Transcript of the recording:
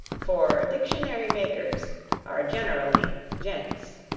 for dictionary makers are generally gents.